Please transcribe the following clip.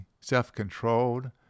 self-controlled